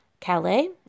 Calais